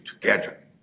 together